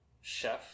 chef